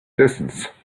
distance